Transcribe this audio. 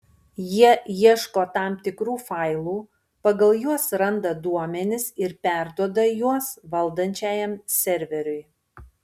jie ieško tam tikrų failų pagal juos randa duomenis ir perduoda juos valdančiajam serveriui